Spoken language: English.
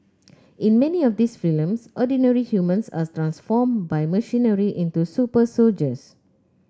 in many of these films ordinary humans are transformed by machinery into super soldiers